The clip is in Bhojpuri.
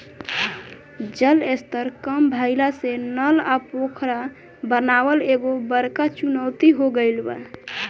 जल स्तर कम भइला से नल आ पोखरा बनावल एगो बड़का चुनौती हो गइल बा